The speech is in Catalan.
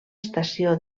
estació